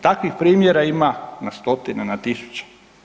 Takvih primjera ima na stotine, na tisuće.